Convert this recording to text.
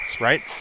right